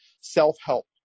self-help